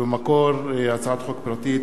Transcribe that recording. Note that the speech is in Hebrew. שבמקור היא הצעת חוק פרטית